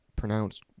pronounced